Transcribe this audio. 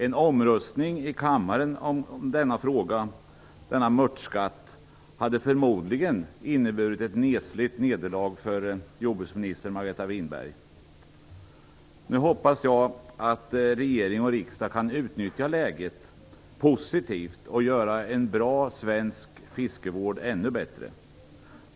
En omröstning i kammaren om denna mörtskatt hade förmodligen inneburit ett nesligt nederlag för jordbruksminister Margareta Winberg. Nu hoppas jag att regering och riksdag kan utnyttja läget på ett positivt sätt och göra en bra svensk fiskevård ännu bättre.